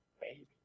baby